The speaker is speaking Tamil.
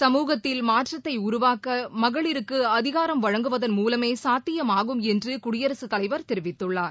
சமூகத்தில் மாற்றத்தை உருவாக்க மகளிருக்கு அதிகாரம் வழங்குவதன் மூலமே சாத்தியம் ஆகும் என்று குடியரசுத் தலைவர் தெரிவித்துள்ளார்